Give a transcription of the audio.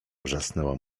wrzasnęła